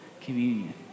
communion